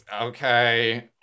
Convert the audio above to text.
okay